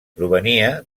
provenia